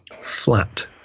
flat